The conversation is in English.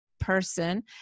person